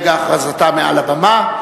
מרגע ההכרזה מעל הבמה.